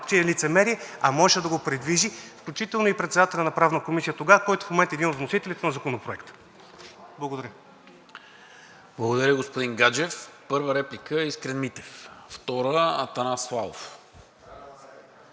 че е лицемерие, а можеше да го придвижи, включително и председателят на Правната комисия тогава, който в момента е един от вносителите на Законопроекта. Благодаря. ПРЕДСЕДАТЕЛ НИКОЛА МИНЧЕВ: Благодаря, господин Гаджев. Първа реплика – Искрен Митев, втора – Атанас Славов,